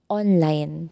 online